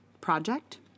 project